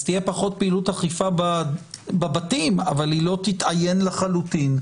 אז תהיה פחות פעילות אכיפה בבתים אבל היא לא תתאיין לחלוטין.